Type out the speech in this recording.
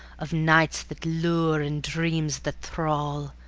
of lights that lure and dreams that thrall.